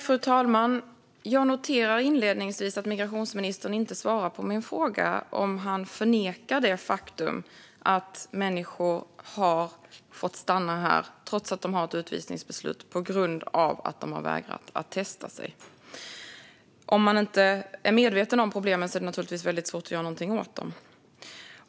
Fru talman! Jag noterar att migrationsministern inte svarar på min fråga om han förnekar det faktum att människor har fått stanna här trots utvisningsbeslut på grund av att de vägrat testa sig. Om man inte är medveten om problemen är det naturligtvis väldigt svårt att göra någonting åt dem.